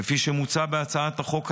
כפי שמוצע בהצעת החוק,